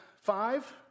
five